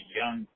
young